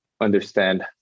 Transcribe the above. understand